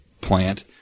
plant